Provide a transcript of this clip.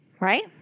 Right